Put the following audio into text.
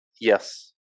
yes